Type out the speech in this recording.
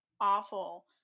awful